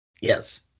yes